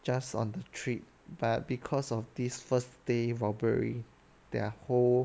just on the trip but because of this first day robbery their whole